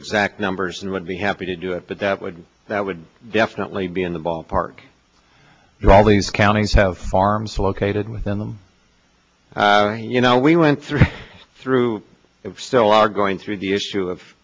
exact numbers and would be happy to do it but that would that would definitely be in the ballpark of all these counties have farms located within them you know we went through through still are going through the issue of